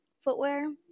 footwear